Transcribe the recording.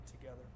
together